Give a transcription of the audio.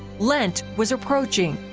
lent was approaching,